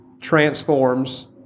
transforms